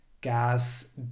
gas